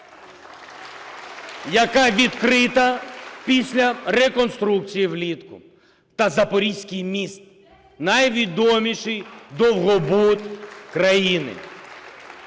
яка відкрита після реконструкції влітку, та запорізький міст – найвідоміший довгобуд країни.